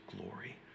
glory